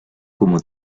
como